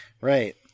Right